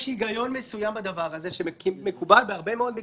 יש היגיון מסוים בדבר הזה שמקובל בהרבה מאוד מקרים,